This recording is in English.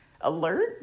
alert